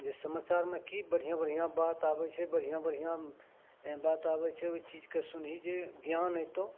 जे समाचारमे कि बढ़िआँ बढ़िआँ बात आबै छै बढ़िआँ बढ़िआँ बात आबै छै ओहि चीजके सुनही जे ज्ञान अएतौ